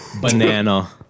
Banana